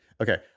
Okay